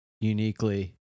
uniquely